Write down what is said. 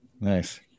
Nice